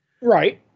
right